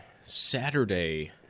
Saturday